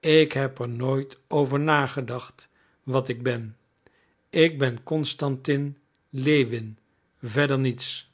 ik heb er nooit over nagedacht wat ik ben ik ben constantin lewin verder niets